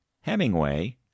Hemingway